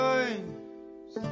Times